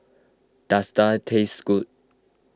does Daal taste good